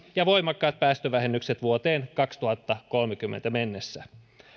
ja voimakkaat päästövähennykset vuoteen kaksituhattakolmekymmentä mennessä